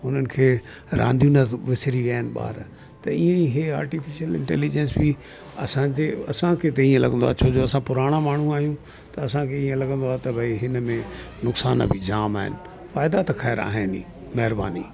उन्हनि खे रांधियूं न विसरी विया आहिनि ॿार त ईअं ई हे आर्टिफिशियल इंटेलिजेंस बि असांते असांखे त ईअं लॻंदो आहे छोजो असां पुराणा माण्हू आहियूं त असांखे ईअं लॻंदो आहे त भई हिनमें नुक़सान बि जाम आहिनि फ़ाइदा त ख़ैर आहिनि ई महिरबानी